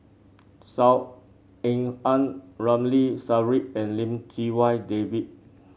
Saw Ean Ang Ramli Sarip and Lim Chee Wai David